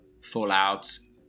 Fallouts